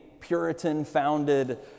Puritan-founded